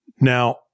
Now